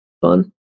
fun